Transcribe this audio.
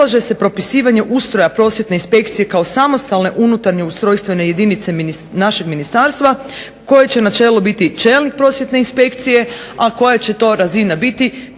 predlaže se propisivanje ustroja prosvjetne inspekcije kao samostalne unutarnje ustrojstvene jedinice našeg Ministarstva kojeg će na čelu biti čelnik prosvjetne inspekcije a koja će to razina biti,